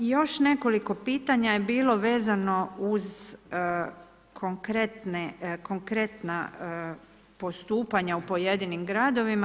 Još nekoliko pitanja je bilo vezano uz konkretna postupanja u pojedinim gradovima.